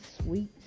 sweet